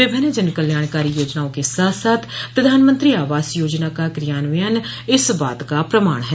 विभिन्न जन कल्याणकारी योजनाओं के साथ साथ प्रधानमंत्री आवास योजना का क्रियान्वयन इस बात का प्रमाण है